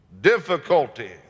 difficulty